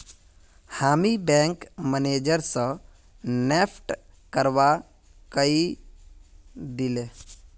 हामी bank manager स NEFT करवा कहइ दिले